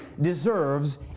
deserves